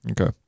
Okay